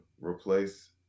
replace